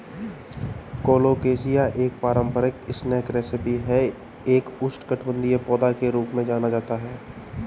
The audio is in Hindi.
कोलोकेशिया एक पारंपरिक स्नैक रेसिपी है एक उष्णकटिबंधीय पौधा के रूप में जाना जाता है